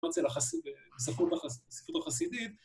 ‫לעומת זה בספרות החסידית.